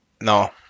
no